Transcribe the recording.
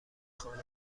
خانه